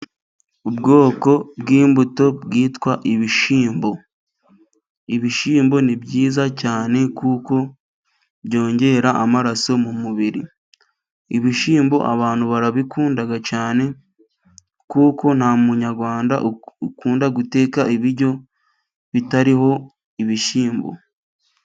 Ubwoko bw'imbuto bwitwa ibishyimbo, ibishyimbo ni byiza cyane kuko byongera amaraso mu mubiri. Ibishyimbo abantu barabikunda cyane, kuko nta munyarwanda ukunda guteka ibiryo bitariho ibishyimbo.